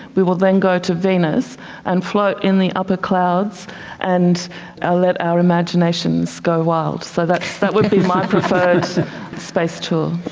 we will then go to venus and float in the upper clouds and ah let our imaginations go wild. so that that would be my preferred space tour.